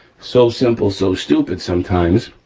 so simple, so stupid sometimes.